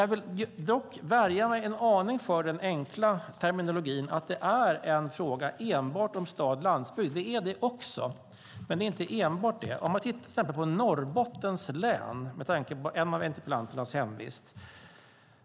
Jag vill dock värja mig en aning för den enkla terminologin att det är en fråga enbart om stad eller landsbygd. Det är det också, men det är inte enbart det. Man kan titta på till exempel Norrbottens län, med tanke på hemvisten för en av interpellanterna.